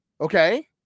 okay